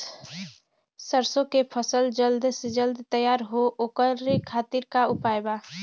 सरसो के फसल जल्द से जल्द तैयार हो ओकरे खातीर का उपाय बा?